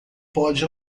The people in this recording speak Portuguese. pode